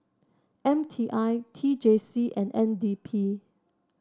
M T I T J C and N D P